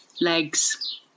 legs